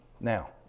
Now